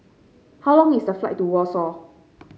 how long is the flight to Warsaw